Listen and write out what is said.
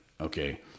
okay